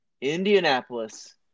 Indianapolis